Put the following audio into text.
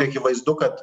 akivaizdu kad